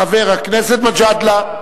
לחבר הכנסת מג'אדלה.